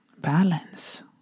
Balance